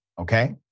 okay